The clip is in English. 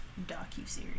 docu-series